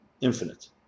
infinite